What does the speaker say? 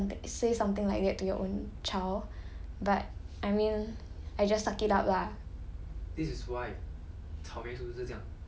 but 我我觉得 as like like a parent you shouldn't said some~ say something like that to your own child but I mean I just suck it up lah